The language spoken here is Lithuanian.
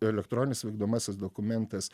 elektroninis vykdomasis dokumentas